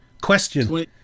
question